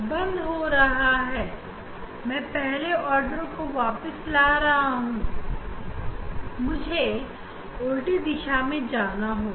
यह तो हल्का हो रहा है इसलिए मैं पहले आर्डर पर वापस आ रहा हूं जिसके लिए मुझे उल्टी दिशा में जाना होगा